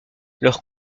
leur